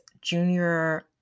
junior